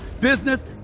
business